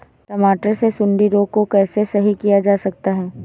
टमाटर से सुंडी रोग को कैसे सही किया जा सकता है?